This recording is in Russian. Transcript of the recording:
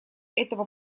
этого